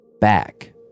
back